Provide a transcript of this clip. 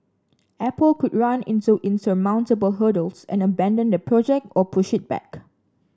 Apple could run into insurmountable hurdles and abandon the project or push it back